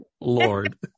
lord